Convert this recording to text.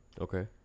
Okay